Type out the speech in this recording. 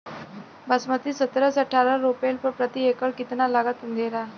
बासमती सत्रह से अठारह रोपले पर प्रति एकड़ कितना लागत अंधेरा?